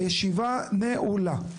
הישיבה נעולה.